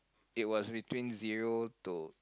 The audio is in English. it was between zero to